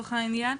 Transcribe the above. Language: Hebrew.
לצורך העניין.